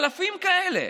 אלפים כאלה.